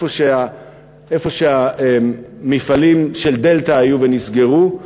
איפה שהמפעלים של "דלתא" היו ונסגרו,